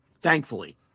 Thankfully